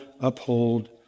uphold